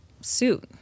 suit